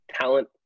talent